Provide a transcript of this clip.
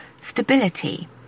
stability